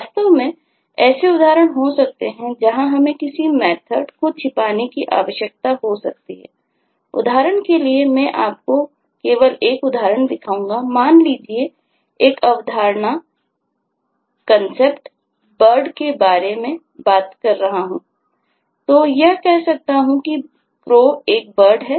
वास्तव में ऐसे उदाहरण हो सकते हैं जहां हमें किसी विधि मेथर्ड bird के बारे में बात कर रहा हूं तो मैं कह सकता हूं कि crow एक bird है